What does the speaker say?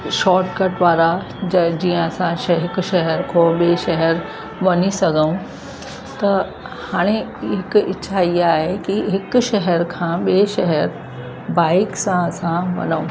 shortcut वारा जे जीअं असां श हिक शहर खां ॿिए शहर वञी सघूं त हाणे हिकु इच्छा ईअं आहे कि हिक शहर खां ॿिए शहर बाइक सां असां वञूं